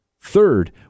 Third